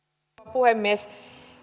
puhemies